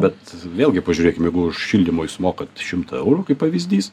bet vėlgi pažiūrėkim jeigu už šildymą jūs mokat šimtą eurų kaip pavyzdys